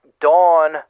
Dawn